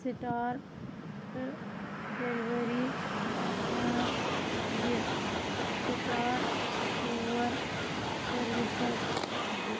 star تہٕ delivery پانٛژھ دِ سٹار ژور سٔروسس دِ